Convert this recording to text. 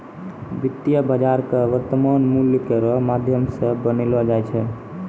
वित्तीय बाजार क वर्तमान मूल्य केरो माध्यम सें बनैलो जाय छै